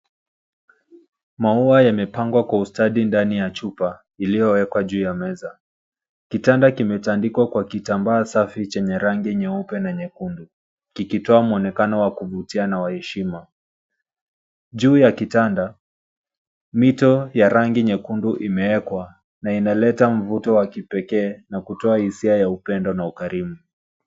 Maua yamepangwa kwa ustadi ndani ya chupa iliyowekwa juu ya meza. Kitanda kimetandikwa kwa kitambaa safi chenye rangi ya nyeupe na nyekundu, kikitoa mwonekano wa kuvutia na wa heshima. Juu ya kitanda, mito ya rangi nyekundu imewekwa na imeleta mvuto wa kipekee, na kutoa hisia ya upendo na ukarimu.